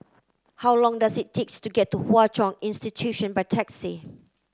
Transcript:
how long does it take to get to Hwa Chong Institution by taxi